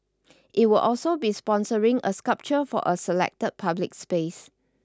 it will also be sponsoring a sculpture for a selected public space